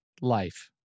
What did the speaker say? life